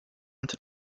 unter